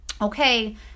Okay